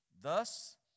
Thus